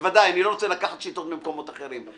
בוודאי, אני לא רוצה לקחת שיטות ממקומות אחרים.